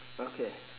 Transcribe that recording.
okay